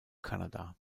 kanada